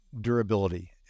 durability